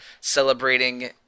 celebrating